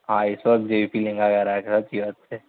હા એ સ્વર્ગ જેવી ફિલિંગ આવે અહીં યાર સાચી વાત છે